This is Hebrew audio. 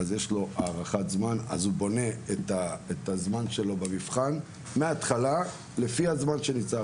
יש לו הארכת זמן והוא בונה את הזמן שלו במבחן מההתחלה לפי הזמן שמוקצב.